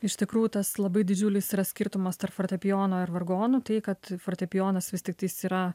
iš tikrųjų tas labai didžiulis yra skirtumas tarp fortepijono ir vargonų tai kad fortepijonas vis tiktais yra